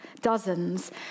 dozens